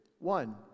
One